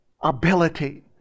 ability